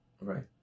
Right